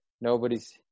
nobody's